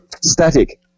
static